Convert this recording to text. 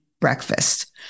breakfast